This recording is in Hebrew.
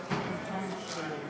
מירושלים,